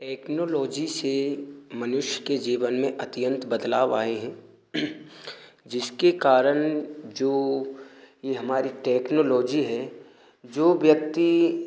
technology से मनुष्य के जीवन में अत्यंत बदलाव आए हें जिसके कारण जो यह हमारी टेक्नोलोजी है जो व्यक्ति